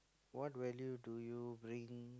what value do you bring